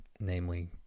namely